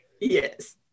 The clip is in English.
Yes